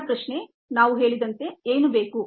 ಮೊದಲ ಪ್ರಶ್ನೆ ನಾವು ಹೇಳಿದಂತೆ ಏನು ಬೇಕು